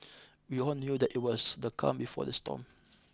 we all knew that it was the calm before the storm